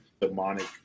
demonic